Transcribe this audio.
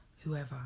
whoever